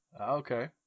Okay